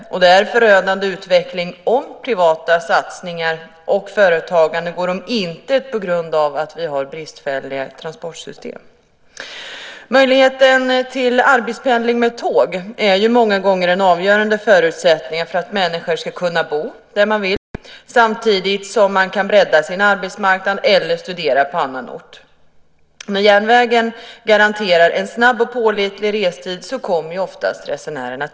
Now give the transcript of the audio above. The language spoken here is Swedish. Det är förödande för utvecklingen om privata satsningar och företagande går om intet på grund av bristfälliga transportsystem. Möjligheten till arbetspendling med tåg är många gånger en avgörande förutsättning för att människor ska kunna bo var de vill samtidigt som de kan bredda sin arbetsmarknad eller studera på annan ort. När järnvägen kan garantera en snabb och pålitlig restid kommer oftast resenärerna.